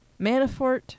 Manafort